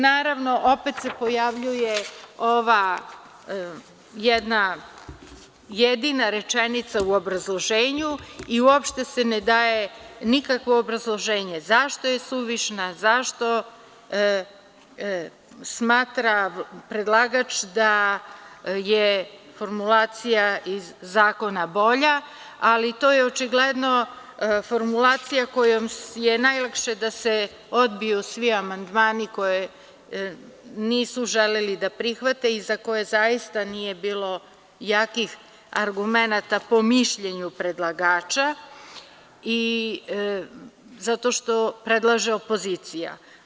Naravno, opet se pojavljuje ova jedna jedina rečenica u obrazloženju i uopšte se ne daje nikakvo obrazloženje zašto je suvišno, zašto predlagač smatra da je formulacija iz zakona bolja, ali to je očigledno formulacija kojom je najlakše da se odbiju svi amandmani koje nisu želeli da prihvate i za koje zaista nije bilo jakih argumenata po mišljenju predlagača i zato što predlaže opozicija.